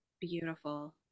Beautiful